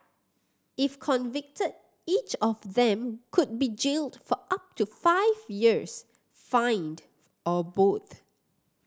if convicted each of them could be jailed for up to five years fined or both